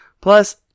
Plus